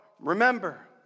Remember